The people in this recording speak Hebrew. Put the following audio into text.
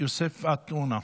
יוסף עטאונה,